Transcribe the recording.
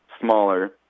smaller